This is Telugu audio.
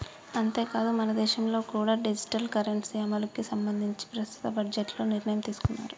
అంతేకాదు మనదేశంలో కూడా డిజిటల్ కరెన్సీ అమలుకి సంబంధించి ప్రస్తుత బడ్జెట్లో నిర్ణయం తీసుకున్నారు